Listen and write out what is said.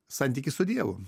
santykis su dievu